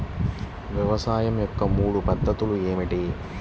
వ్యవసాయం యొక్క మూడు పద్ధతులు ఏమిటి?